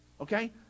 Okay